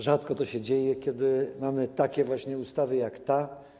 Rzadko to się dzieje, kiedy mamy takie właśnie ustawy jak ta.